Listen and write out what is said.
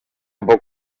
poc